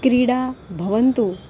क्रीडा भवन्तु